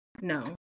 No